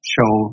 Show